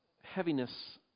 heaviness